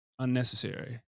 unnecessary